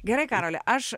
gerai karoli aš